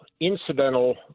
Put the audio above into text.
incidental